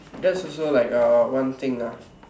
that's also like uh one thing ah